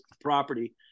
property